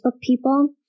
people